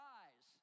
eyes